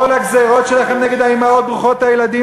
כל הגזירות שלכם נגד האימהות ברוכות הילדים,